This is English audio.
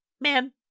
Man